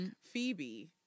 Phoebe